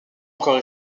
encore